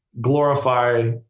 glorify